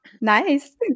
nice